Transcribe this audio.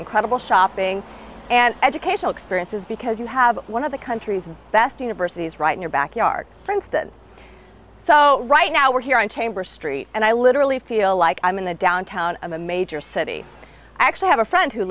incredible shopping and educational experiences because you have one of the country's best universities right in your backyard for instance so right now we're here on chamber street and i literally feel like i'm in the downtown of a major city i actually have a friend who